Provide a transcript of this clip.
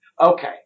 Okay